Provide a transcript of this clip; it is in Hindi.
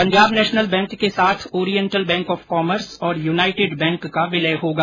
पंजाब नेशनल बैंक के साथ ओरिएंटल बैंक ऑफ कॉमर्स और यूनाइटेड बैंक का विलय होगा